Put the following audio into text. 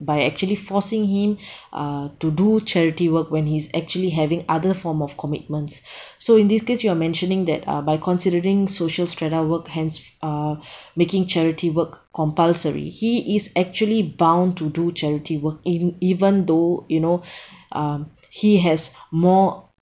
by actually forcing him uh to do charity work when he's actually having other form of commitments so in this case you are mentioning that uh by considering social strata work hence uh making charity work compulsory he is actually bound to do charity work in even though you know uh he has more